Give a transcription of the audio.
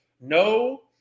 no